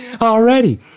already